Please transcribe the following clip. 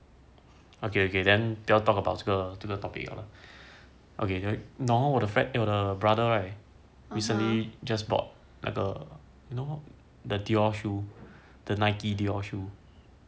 okay okay then 不要 talk about 这个这个 topic liao lah okay you know hor 我的 brother right recently just bought like the you know the dior shoe the nike dior shoe the or you don't know the limited edition one lah ya hub had he tried to beat for